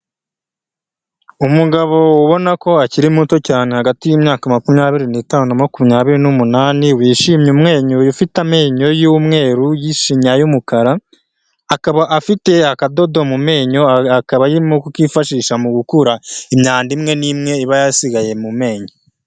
Umugabo ubona ko akiri muto cyane hagati y'imyaka makumyabiri n'itanu na makumyabiri n'umunani wishimye umwenyuye ufite amenyo y'umweru y'ishinya y'umukara, akaba afite akadodo mu menyo akaba arimo ku kifashisha mu gukura imyanda imwe n'imwe iba yasigaye mu menyo.